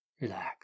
relax